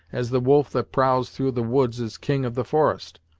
as the wolf that prowls through the woods is king of the forest.